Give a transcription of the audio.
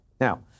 Now